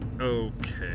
Okay